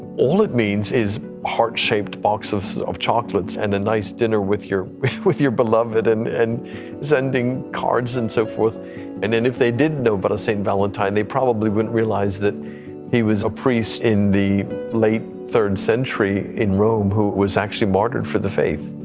all it means is heart-shaped boxes of chocolates and a nice dinner with your with your beloved and and sending cards and so support, and and if they didn't know about but a saint valentine, they probably wouldn't realize that he was a priest in the late third century in rome who was actually marked for the faith.